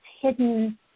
hidden